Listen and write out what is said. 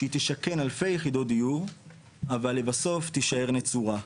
שהיא תשקר אלפי יחידות דיור אבל לבסוף תישאר נצורה.